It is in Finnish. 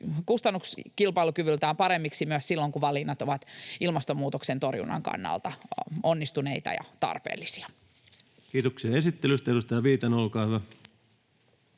kustannuskilpailukyvyltään paremmiksi myös silloin kun valinnat ovat ilmastonmuutoksen torjunnan kannalta onnistuneita ja tarpeellisia. [Speech 24] Speaker: Ensimmäinen varapuhemies